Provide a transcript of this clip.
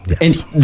Yes